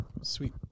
sweet